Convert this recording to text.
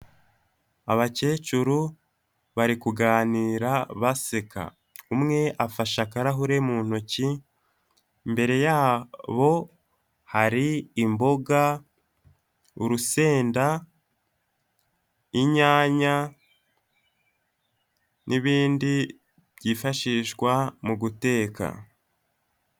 Abakecuru bari kuganira baseka, umwe afashe akarahure mu ntoki, imbere ya bo hari imboga, urusenda, inyanya n'ibindi byifashishwa mu guteka.